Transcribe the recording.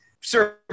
Sir